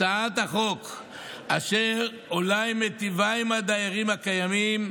הצעת החוק אולי מיטיבה עם הדיירים הקיימים,